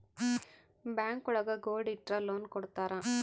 bank ಒಳಗ gold ಇಟ್ರ loan ಕೊಡ್ತಾರ